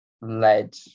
led